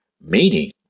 meaning